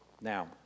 Now